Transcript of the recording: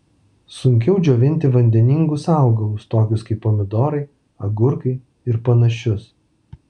sunkiau džiovinti vandeningus augalus tokius kaip pomidorai agurkai ir panašius